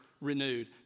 renewed